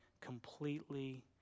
completely